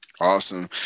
Awesome